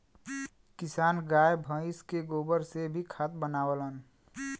किसान गाय भइस के गोबर से भी खाद बनावलन